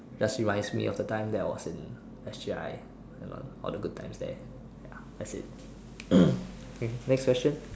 just reminds me of the time that I was in S_G_I and all all the good times there ya that's it okay next question